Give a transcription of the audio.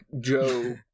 Joe